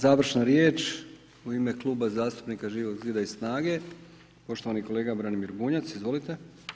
Završna riječ u ime Kluba zastupnika Živog zida i SNAGA-e, poštovani kolega Branimir Bunjac, izvolite.